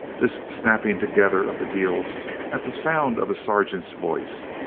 this snapping together of the heels at the sound of a sergeant's voice,